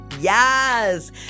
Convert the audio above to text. Yes